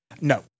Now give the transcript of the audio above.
No